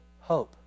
hope